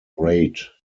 braid